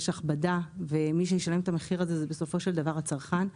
יש הכבדה ומי שישלם את המחיר הזה בסופו של דבר הוא הצרכן.